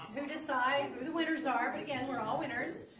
who decide who the winners are. but, again we're all winners.